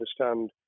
understand